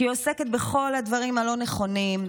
שהיא עוסקת בכל הדברים הלא-נכונים,